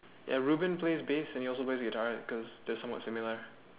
ya Reuben plays bass and he also plays guitar cause they're somewhat similar